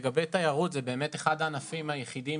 לגבי תיירות זה באמת אחד הענפים היחידים